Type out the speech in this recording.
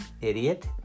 Idiot